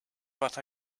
but